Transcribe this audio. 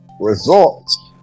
results